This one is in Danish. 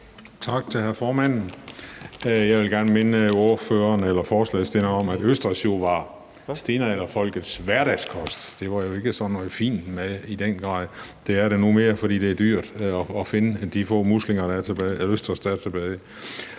Tak til formanden. Jeg vil gerne minde ordføreren for forslagsstillerne om, at østers jo var stenalderfolkets hverdagskost. Det var jo ikke sådan noget fint mad i den grad. Det er det mere nu, fordi det er dyrt at finde de få østers, der er tilbage. Jeg synes,